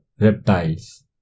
reptiles